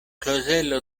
klozelo